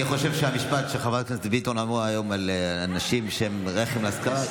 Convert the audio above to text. שהן רחם להשכרה,